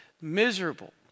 miserable